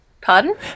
Pardon